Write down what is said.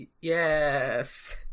Yes